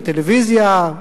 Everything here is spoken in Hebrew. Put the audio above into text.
בטלוויזיה,